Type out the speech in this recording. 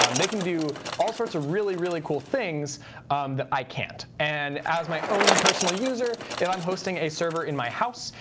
um they can do all sorts of really, really cool things that i can't. and as my own personal user, if i'm hosting a server in house,